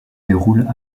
déroulent